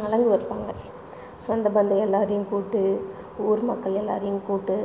நலங்கு வைப்பாங்க சொந்தபந்தம் எல்லாரையும் கூப்பிட்டு ஊர் மக்கள் எல்லாரையும் கூப்பிட்டு